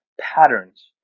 patterns